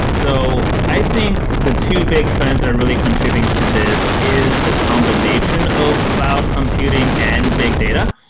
so i think the two big trends that are really contributing to this is the combination of cloud computing and big data,